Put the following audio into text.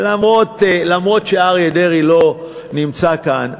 אף שאריה דרעי לא נמצא כאן,